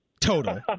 total